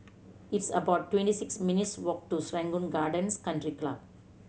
it's about twenty six minutes' walk to Serangoon Gardens Country Club